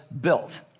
built